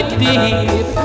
deep